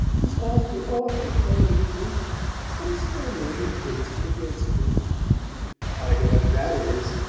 he's awfully, awfully fond of me but his family have influenced him against me i know what that is!